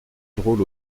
drôle